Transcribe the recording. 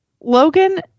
Logan